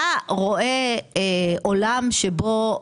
אתה רואה עולם שבו,